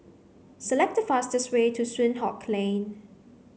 select the fastest way to Soon Hock Lane